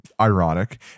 ironic